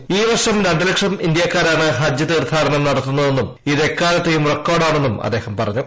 ക് ഈ വർഷം രണ്ട് ലക്ഷം ഇന്ത്യാക്കാരാണ് ഹജ്ജ് തീർത്ഥാട്ടുറ്റും ന്ടത്തുന്നതെന്നും ഇത് എക്കാലത്തേയും റെക്കോർഡാണ്നും അദ്ദേഹം പറഞ്ഞു